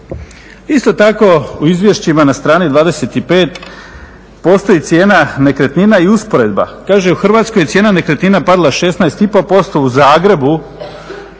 Isto tako, u izvješćima na strani 25. postoji cijena nekretnina i usporedba. Kaže u Hrvatskoj je cijena nekretnina pala 16 i pol